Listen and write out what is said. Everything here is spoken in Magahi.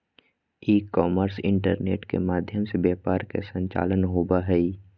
ई कॉमर्स इंटरनेट के माध्यम से व्यापार के संचालन होबा हइ